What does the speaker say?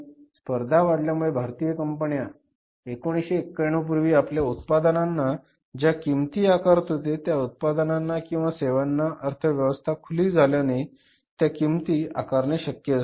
स्पर्धा वाढल्यामुळे भारतीय कंपन्या 1991 पूर्वी आपल्या उत्पादनांना ज्या किंमती आकारत होते त्या उत्पादनांना किंवा सेवांना अर्थव्यवस्था खुली झाल्याने त्या किमती आकारणे शक्य झाले नाही